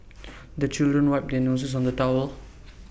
the children wipe their noses on the towel